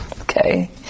Okay